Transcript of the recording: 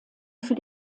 für